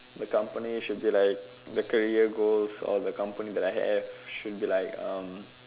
the company should be like the career goals of the company that I have should be like um